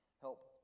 help